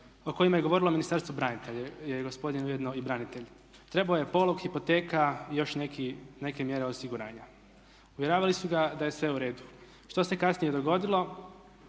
o kojima je govorilo Ministarstvo branitelja jer je gospodin ujedno i branitelj. Trebao je polog, hipoteka i još neke mjere osiguranja. Uvjeravali su ga da je sve u redu. Što se kasnije dogodilo?